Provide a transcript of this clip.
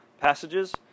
passages